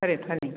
ꯐꯔꯦ ꯐꯔꯦ